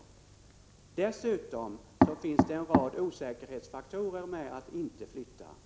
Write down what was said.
Dessutom finns det en rad osäkerhetsfaktorer med att inte flytta.